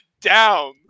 down